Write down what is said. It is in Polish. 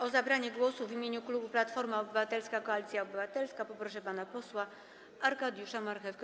O zabranie głosu w imieniu klubu Platforma Obywatelska - Koalicja Obywatelska proszę pana posła Arkadiusza Marchewkę.